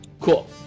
Cool